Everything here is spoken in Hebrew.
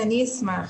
אני אשמח.